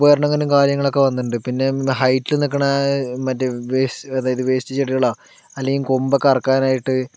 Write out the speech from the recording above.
ഉപകരണങ്ങളും കാര്യങ്ങളൊക്കെ വന്നിട്ടുണ്ട് പിന്നെ ഹൈറ്റില് നിൽക്കണ മറ്റേ വേസ്റ്റ് അതായത് വേസ്റ്റ് ചെടികളോ അല്ലെങ്കിൽ കൊമ്പൊക്കെ അറുക്കാനായിട്ട്